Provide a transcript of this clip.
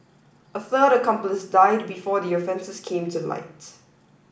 a third accomplice died before the offences came to light